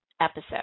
episode